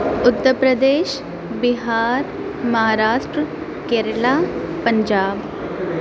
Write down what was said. Uttar Pradesh Bihar Maharashtra Kerala Punjab